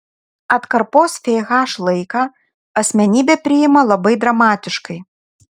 atkarpos fh laiką asmenybė priima labai dramatiškai